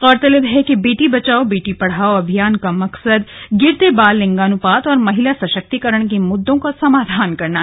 गौरतलब है कि बेटी बचाओ बेटी पढ़ाओ अभियान का मकसद गिरते बाल लिंगानुपात और महिला सशक्तीकरण के मुद्दों का समाधान करना है